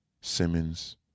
Simmons